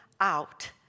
out